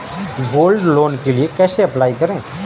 Gold loan के लिए कैसे अप्लाई करें?